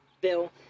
Bill